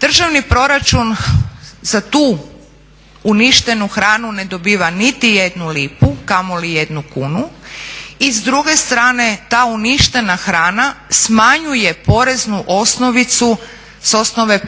Državni proračun za tu uništenu hranu ne dobiva niti jednu lipu kamoli jednu kunu. I s druge strane ta uništena hrana smanjuje poreznu osnovicu s osnove